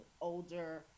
older